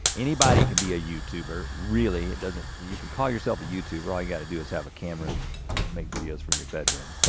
anybody can be a youtuber, really, it doesn't, you can call yourself a youtuber, all you gotta do is have a camera um and make videos from your bedroom,